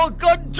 so god